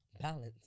balance